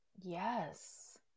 Yes